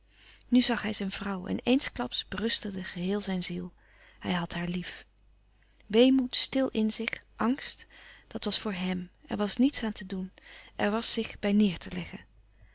nu zag hij zijn vrouw en eensklaps berustigde geheel zijn ziel hij had haar lief weemoed stil in zich angst dat was voor hèm er was niets aan te doen er was zich bij neêr te leggen